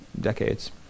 decades